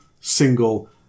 single